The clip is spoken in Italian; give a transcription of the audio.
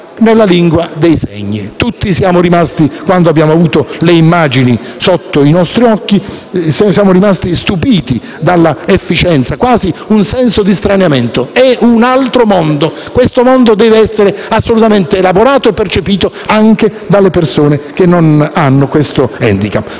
nella lingua dei segni. Quando abbiamo avuto le immagini sotto i nostri occhi, tutti siamo rimasti stupiti dall'efficienza: quasi un senso di straniamento. È un altro mondo e questo mondo deve essere assolutamente elaborato e percepito anche dalle persone che non hanno questo *handicap*.